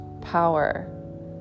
power